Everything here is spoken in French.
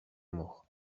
mort